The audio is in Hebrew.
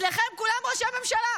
אצלכם כולם ראשי ממשלה.